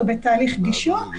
או בתהליך גישור,